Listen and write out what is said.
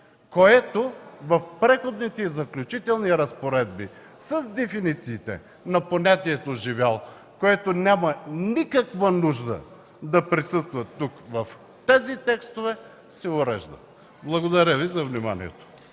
уреждат в Преходните и заключителните разпоредби с дефинициите на понятието „живял”, което няма никаква нужда да присъства тук, в тези текстове. Благодаря Ви за вниманието.